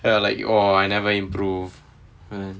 ya like !wah! I never improve